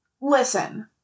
listen